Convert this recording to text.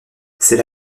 c’est